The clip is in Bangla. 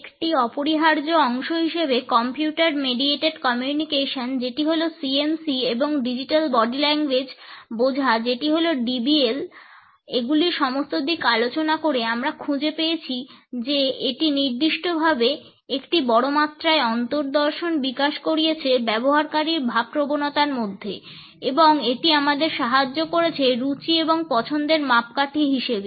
একটি অপরিহার্য অংশ হিসেবে কম্পিউটার মিডিয়েটেড কমিউনিকেশন যেটি হল CMC এবং ডিজিটাল বডি ল্যাঙ্গুয়েজ বোঝা যেটি হল DBL এগুলির সমস্ত দিক আলোচনা করে আমরা খুঁজে পেয়েছি যে এটি নির্দিষ্টভাবে একটি একটি বড় মাত্রায় অন্তর্দর্শন বিকাশ করিয়েছে ব্যবহারকারীর ভাবপ্রবণতার মধ্যে এবং এটি আমাদের সাহায্য করেছে রুচি এবং পছন্দের মাপকাঠি হিসেবে